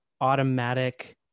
automatic